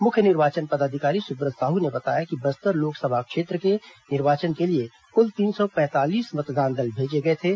मुख्य निर्वाचन पदाधिकारी सुब्रत साहू ने बताया कि बस्तर लोकसभा क्षेत्र के निर्वाचन के लिए कुल तीन सौ पैंतालीस मतदान दल भेजे गए थे